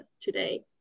today